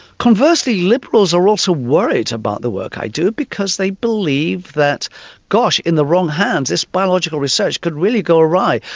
conversely liberals are also worried about the work i do because they believe that gosh in the wrong hands this biological research could really go awry,